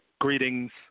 Greetings